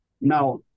Now